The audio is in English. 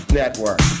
network